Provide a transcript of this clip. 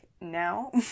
now